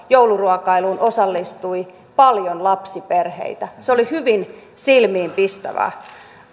jouluruokailuun osallistui paljon lapsiperheitä se oli hyvin silmiinpistävää